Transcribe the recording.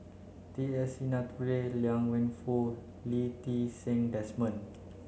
T S Sinnathuray Liang Wenfu Lee Ti Seng Desmond